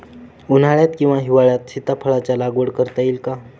उन्हाळ्यात किंवा हिवाळ्यात सीताफळाच्या लागवड करता येईल का?